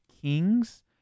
Kings